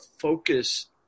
focus